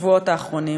בשבועות האחרונים.